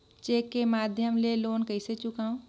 Cheque के माध्यम ले लोन कइसे चुकांव?